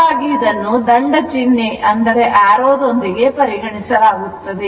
ಹಾಗಾಗಿ ಇದನ್ನು ದಂಡ ಚಿಹ್ನೆ ಯೊಂದಿಗೆ ಪರಿಗಣಿಸಲಾಗುತ್ತದೆ